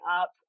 up